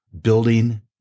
building